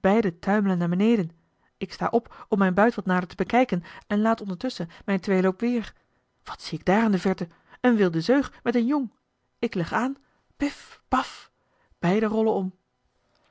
beide tuimelen naar beneden ik sta op om mijn buit wat nader te bekijken en laad ondertusschen mijn tweeloop weer wat zie ik daar in de verte eene wilde zeug met een jong ik leg aan pif paf beide rollen om